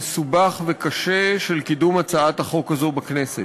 מסובך וקשה של קידום הצעת החוק הזאת בכנסת.